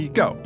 go